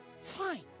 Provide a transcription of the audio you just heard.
Fine